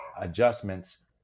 adjustments